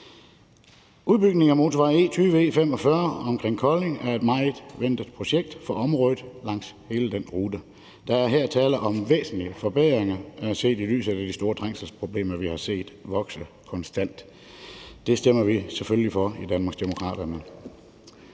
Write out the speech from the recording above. Udbygningen af motorvej E20/E45 omkring Kolding er et meget ventet projekt for området langs hele den rute. Der er her tale om væsentlige forbedringer set i lyset af de store trængselsproblemer, vi har set vokse konstant. Det stemmer vi selvfølgelig for i Danmarksdemokraterne.